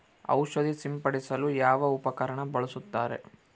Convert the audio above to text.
ಔಷಧಿ ಸಿಂಪಡಿಸಲು ಯಾವ ಉಪಕರಣ ಬಳಸುತ್ತಾರೆ?